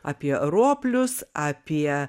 apie roplius apie